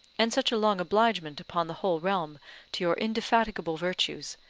and such a long obligement upon the whole realm to your indefatigable virtues,